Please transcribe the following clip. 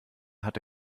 hatte